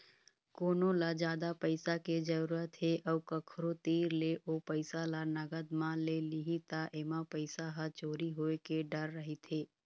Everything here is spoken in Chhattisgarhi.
कोनो ल जादा पइसा के जरूरत हे अउ कखरो तीर ले ओ पइसा ल नगद म ले लिही त एमा पइसा ह चोरी होए के डर रहिथे